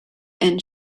and